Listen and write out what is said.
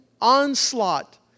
onslaught